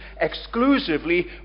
exclusively